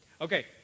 Okay